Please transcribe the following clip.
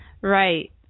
Right